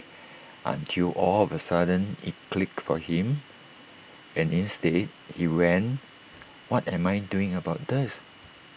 until all of A sudden IT clicked for him and instead he went what am I doing about this